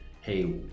hey